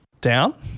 down